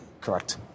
Correct